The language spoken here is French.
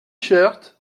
shirts